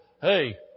Hey